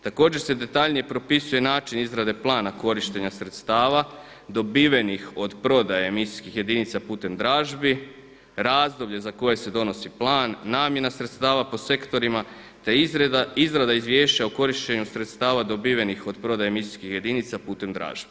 Također se detaljnije propisuje način izrade plana korištenja sredstava dobivenih od prodaje emisijskih jedinica putem dražbi, razdoblje za koje se donosi plan, namjena sredstava po sektorima te izrada izvješća o korištenju sredstava dobivenih od prodaje emisijskih jedinica putem dražbi.